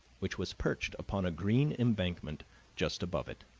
which was perched upon a green embankment just above it.